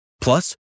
Plus